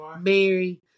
Mary